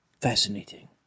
Fascinating